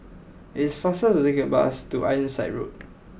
it is faster to take the bus to Ironside Road